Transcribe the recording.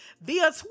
via